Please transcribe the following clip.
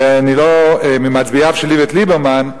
ואני לא ממצביעיו של איווט ליברמן,